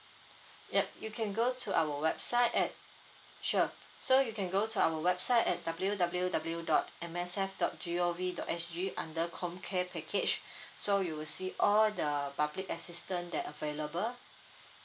yup you can go to our website at sure so you can go to our website at W W W dot M S F dot G O V dot S G under comcare package so you will see all the public assistance that available